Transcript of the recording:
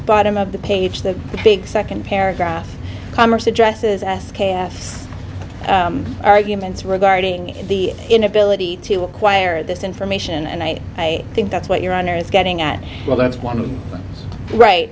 bottom of the page the big second paragraph commerce addresses s k f arguments regarding the inability to acquire this information and i think that's what your honor is getting at